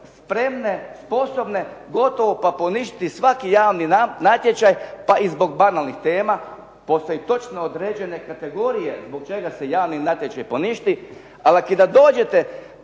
spremne, sposobne gotovo pa poništiti svaki javni natječaj pa i zbog banalnih tema. Postoje točno određene kategorije zbog čega se javni natječaj poništi, ali ako i dođete